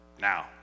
now